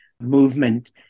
movement